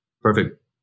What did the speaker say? perfect